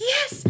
Yes